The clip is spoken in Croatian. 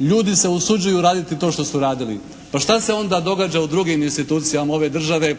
ljudi se usuđuju raditi to što su radili. Pa šta se onda događa u drugim institucijama ove države